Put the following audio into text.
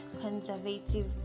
conservative